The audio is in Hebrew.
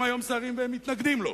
הם היום שרים, והם מתנגדים לו.